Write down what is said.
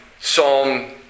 Psalm